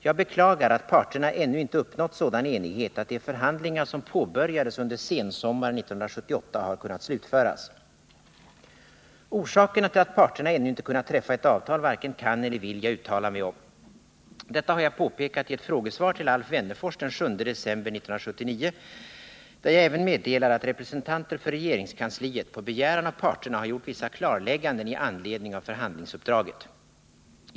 Jag beklagar att parterna ännu inte uppnått sådan enighet att de förhandlingar som påbörjades under sensommaren 1978 har kunnat slutföras. Orsakerna till att parterna ännu inte kunnat träffa ett avtal varken kan eller vill jag uttala mig om. Detta har jag påpekat i ett frågesvar till Alf Wennerfors den 7 december 1979, där jag även meddelade att representanter för regeringskansliet på begäran av parterna har gjort vissa klarlägganden i anledning av förhandlingsuppdraget.